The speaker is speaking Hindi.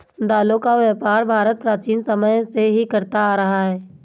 दालों का व्यापार भारत प्राचीन समय से ही करता आ रहा है